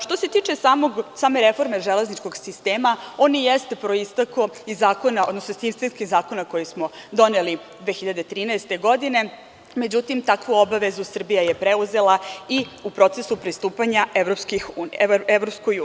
Što se tiče same reforme železničkog sistema, ona jeste proistekla iz sistemskih zakona koje smo doneli 2013. godine, međutim, takvu obavezu Srbija je preuzela i u procesu pristupanja EU.